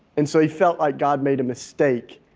and so he felt like god made a mistake,